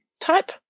type